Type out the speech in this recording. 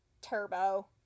Turbo